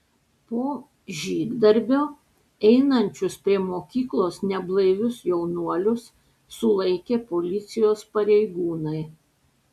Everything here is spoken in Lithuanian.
po žygdarbio einančius prie mokyklos neblaivius jaunuolius sulaikė policijos pareigūnai